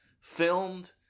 filmed